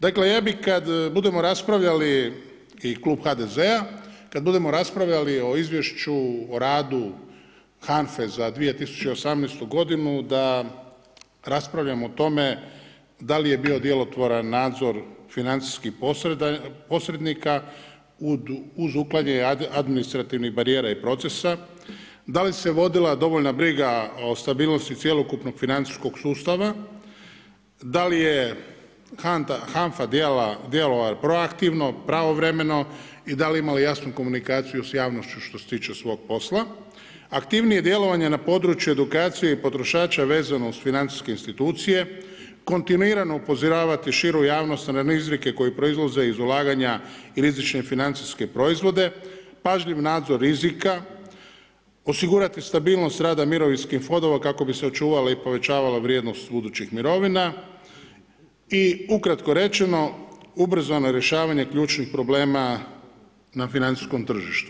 Dakle, ja bi kad budem raspravljali i klub HDZ-a, kad budemo raspravljali o izvješću o radu HANFA-e za 2018. godinu da raspravljamo o tome da li je bio djelotvoran nadzor financijskih posrednika uz uklanjanje administrativnih barijera i procesa, da li se vodila dovoljna briga o stabilnosti cjelokupnog financijskog sustava, da li je HANFA djelovala proaktivno, pravovremeno i da li je imala jasnu komunikaciju sa javnošću što se tiče svoga posla, aktivnije djelovanje na području edukacije i potrošača vezano uz financijske institucije, kontinuirano upozoravati širu javnost … koje proizlaze iz ulaganja rizičnih financijske proizvode, pažljiv nadzor rizika, osigurati stabilnost rada mirovinskim fondovima kako bi se očuvala i povećavala vrijednost budućih mirovina i ukratko rečeno, ubrzano rješavanje ključnih problema na financijskom tržištu.